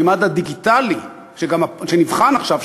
הממד הדיגיטלי שנבחן עכשיו,